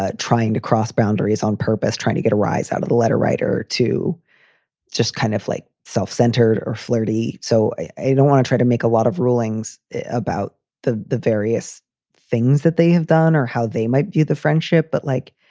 ah trying to cross boundaries on purpose, trying to get a rise out of the letter writer to just kind of like self-centred or flirty. so i don't want to try to make a lot of rulings about the the various things that they have done or how they might view the friendship. but like,